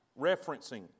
referencing